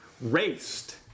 raced